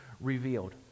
revealed